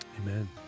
Amen